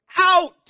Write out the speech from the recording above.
out